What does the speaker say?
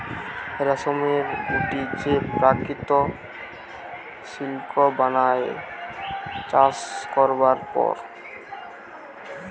রেশমের গুটি যে প্রকৃত সিল্ক বানায় চাষ করবার পর